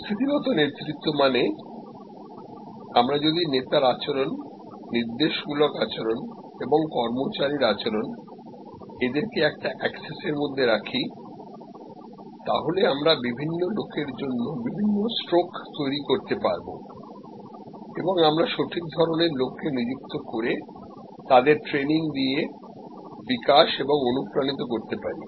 পরিস্থিতিগত নেতৃত্ব মানে আমরা যদি নেতার আচরণনির্দেশ মূলক আচরণ এবং কর্মচারীর আচরণ এদেরকে একটা অ্যাক্সিস এর মধ্যে রাখি তাহলে আমরা বিভিন্ন লোকের জন্য বিভিন্ন স্ট্রোক তৈরি করতে পারব এবং আমরা সঠিক ধরনের লোককে নিযুক্ত করে তাদের ট্রেনিং দিয়ে বিকাশ এবং অনুপ্রাণিত করতে পারি